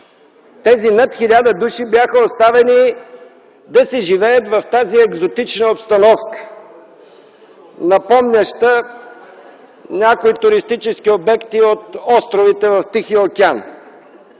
тези над хиляда души бяха оставени да си живеят в тази екзотична обстановка, напомняща някои туристически обекти от островите в Тихия океан.